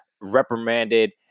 reprimanded